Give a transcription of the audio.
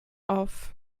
auf